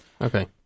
Okay